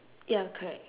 ya correct